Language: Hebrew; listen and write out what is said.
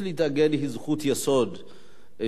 של אדם במדינה דמוקרטית.